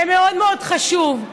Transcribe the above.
זה מאוד מאוד חשוב.